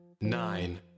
Nine